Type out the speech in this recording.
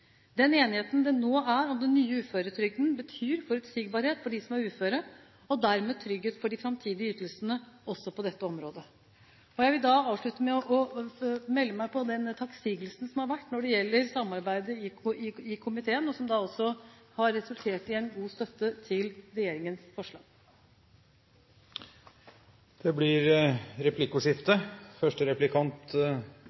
Den enigheten det nå er om den nye uføretrygden, betyr forutsigbarhet for dem som er uføre – og dermed trygghet for de framtidige ytelsene også på dette området. Jeg vil avslutte med å melde meg på den takksigelsen som har vært når det gjelder samarbeidet i komiteen, og som da også har resultert i en god støtte til regjeringens forslag. Det blir replikkordskifte.